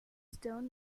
stone